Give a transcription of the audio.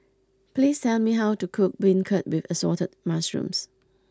please tell me how to cook Beancurd with Assorted Mushrooms